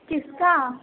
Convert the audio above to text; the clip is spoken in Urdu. کس کا